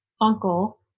uncle